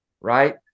right